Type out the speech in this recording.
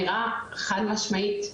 השמדנו אלפי חיסונים זה מדבר בעד עצמו.